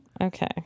Okay